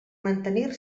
mantenir